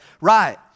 Right